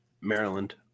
Maryland